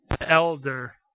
Elder